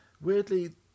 Weirdly